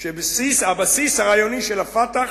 שהבסיס הרעיוני של ה"פתח"